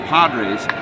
Padres